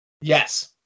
Yes